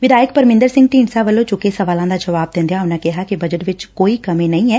ਵਿਧਾਇਕ ਪਰਮਿੰਦਰ ਸਿੰਘ ਢੀਂਡਸਾ ਵੱਲੋਂ ਚੁੱਕੇ ਸਵਾਲਾਂ ਦਾ ਜਵਾਬ ਦਿੰਦਿਆਂ ਉਨੂਾਂ ਕਿਹਾ ਕਿ ਬਜਟ ਵਿਚ ਕੋਈ ਕਮੀ ਨਹੀ ਐ